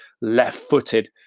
left-footed